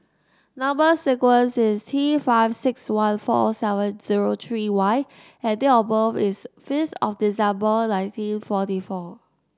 number sequence is T five six one four seven zero three Y and date of birth is fifth of December nineteen forty four